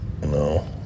No